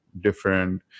different